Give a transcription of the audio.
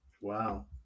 Wow